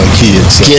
kids